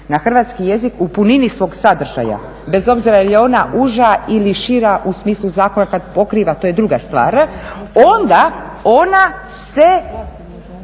na hrvatski jezik u punini svog sadržaja bez obzira je li ona uža ili šira u smislu zakona kad pokriva to je druga stvar, onda ona se